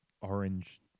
orange